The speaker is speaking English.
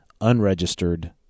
unregistered